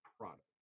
product